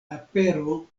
apero